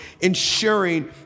ensuring